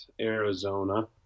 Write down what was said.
Arizona